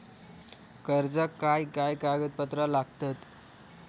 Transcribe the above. कर्जाक काय काय कागदपत्रा लागतत?